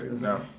no